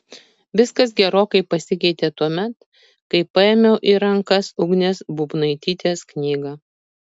viskas gerokai pasikeitė tuomet kai paėmiau į rankas ugnės būbnaitytės knygą